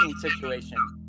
situation